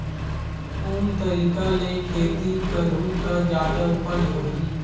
कोन तरीका ले खेती करहु त जादा उपज होही?